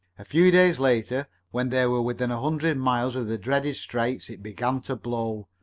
a few days later, when they were within a hundred miles of the dreaded straits, it began to blow.